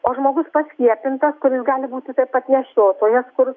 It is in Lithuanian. o žmogus paskiepintas kuris gali būti taip pat nešiotojas kur